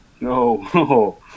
No